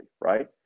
right